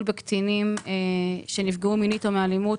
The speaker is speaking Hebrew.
בקטינים שנפגעו מינית או מאלימות,